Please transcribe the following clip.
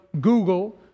Google